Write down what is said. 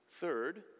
Third